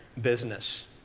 business